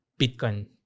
Bitcoin